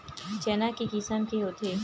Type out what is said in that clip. चना के किसम के होथे?